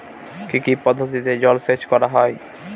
কি কি পদ্ধতিতে জলসেচ করা হয়?